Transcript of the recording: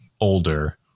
older